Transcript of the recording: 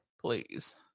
Please